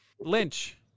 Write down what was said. Lynch